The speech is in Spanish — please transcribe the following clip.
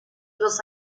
los